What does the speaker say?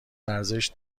ارزش